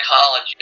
college